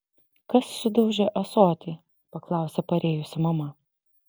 kas sudaužė ąsotį paklausė parėjusi mama